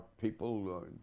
people